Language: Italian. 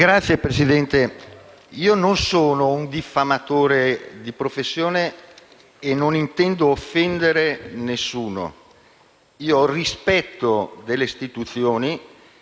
Signor Presidente, non sono un diffamatore di professione e non intendo offendere nessuno. Ho rispetto delle istituzioni,